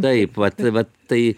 taip vat vat tai